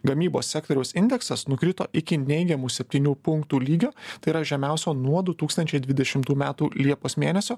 gamybos sektoriaus indeksas nukrito iki neigiamų septynių punktų lygio tai yra žemiausio nuo du tūkstančiai dvidešimtų metų liepos mėnesio